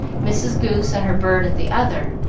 mrs. goose and her bird at the other,